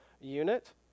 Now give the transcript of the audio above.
unit